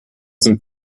dem